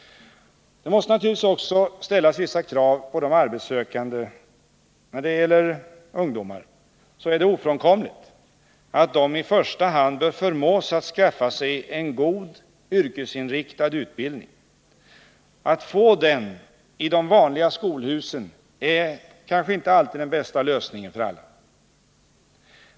Det måste naturligtvis också ställas vissa krav på de arbetssökande. När det gäller ungdomar är det ofrånkomligt att de i första hand bör förmås skaffa sig en god, yrkesinriktad utbildning. Att få den utbildningen i de vanliga skolhusen är kanske inte den bästa lösningen för alla.